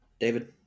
David